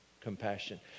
compassion